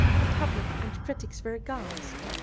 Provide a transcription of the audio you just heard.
the public and critics were aghast.